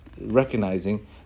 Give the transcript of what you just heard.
recognizing